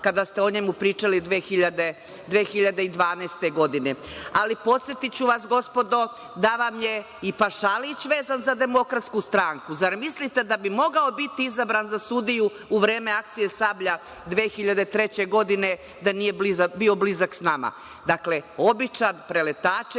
kada ste o njemu pričali 2012. godine. Ali, podsetiću vas, gospodo, da vam je i Pašalić vezan za DS. Zar mislite da bi mogao biti izabran za sudiju u vreme akcije „Sablja“ 2003. godine da nije bio blizak s nama? Dakle, običan preletavić,